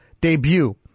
debut